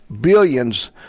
billions